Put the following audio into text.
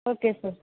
okay sir